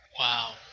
Wow